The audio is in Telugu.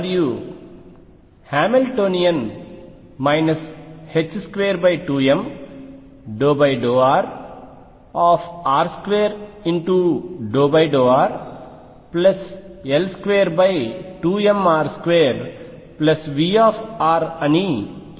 మరియు హామిల్టోనియన్ 22m∂r r2∂rL22mr2Vr అని చూపబడింది